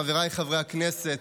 חבריי חברי הכנסת,